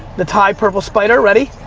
the ty purple spider, ready?